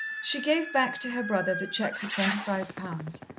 she gave back to her brother the cheque for twenty-five pounds,